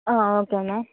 okay ma'am